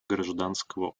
гражданского